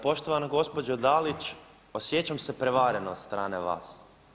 Poštovana gospođo Dalić, osjećam se prevareno od strane vas.